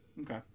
Okay